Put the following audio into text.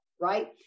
right